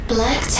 Black